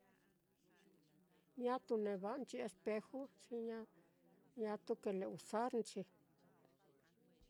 ñatu neva'anchi espeju, xi ñatu like usarnchi.